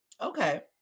Okay